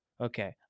Okay